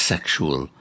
Sexual